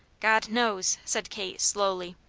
god knows! said kate, slowly.